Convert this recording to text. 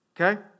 Okay